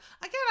Again